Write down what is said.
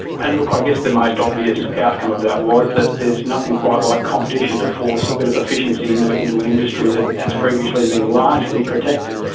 and look i guess the most obvious outcome of that was that there's nothing quite like competition to force a bit of efficiency into ah into an industry that has previously been largely protected.